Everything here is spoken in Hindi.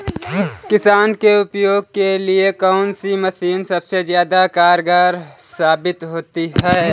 किसान के उपयोग के लिए कौन सी मशीन सबसे ज्यादा कारगर साबित होती है?